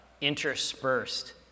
interspersed